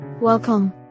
Welcome